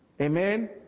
Amen